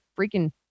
freaking